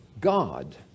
God